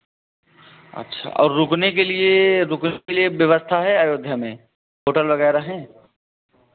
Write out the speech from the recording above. अच्छा और रुकने के लिए रुकने के लिए व्यवस्था है अयोध्या में होटल वगैरह हैं